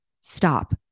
stop